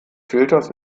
filters